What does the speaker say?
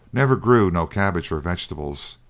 never grew no cabbage or wegetables,